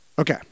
Okay